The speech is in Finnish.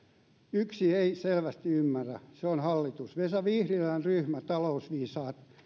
yksi ei selvästi ymmärrä se on hallitus vesa vihriälän ryhmän talousviisaat